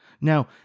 Now